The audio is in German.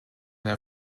der